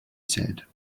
said